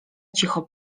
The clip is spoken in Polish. cicho